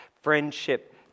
friendship